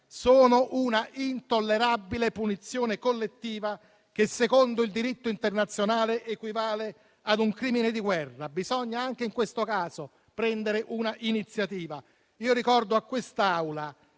sono un'intollerabile punizione collettiva che, secondo il diritto internazionale, equivale ad un crimine di guerra. Bisogna anche in questo caso prendere un'iniziativa. Io ricordo a quest'Assemblea